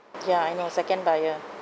ya I know second buyer